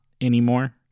anymore—